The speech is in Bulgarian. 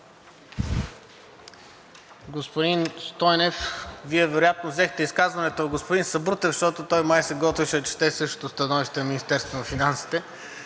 Господин Стойнев, Вие вероятно взехте изказването на господин Сабрутев, защото той май се готвеше да чете същото становище на Министерството на финансите,